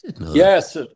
Yes